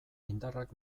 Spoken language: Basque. indarrak